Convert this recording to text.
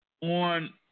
on